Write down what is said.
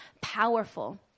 powerful